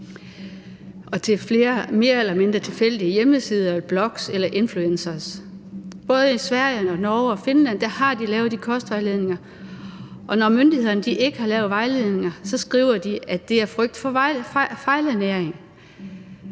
og til mere eller mindre tilfældige hjemmesider, blogs eller influencere. Både i Sverige og Norge og Finland har de lavet de kostvejledninger, og når myndighederne hos os ikke har lavet vejledninger, skriver de, at det er af frygt for fejlernæring.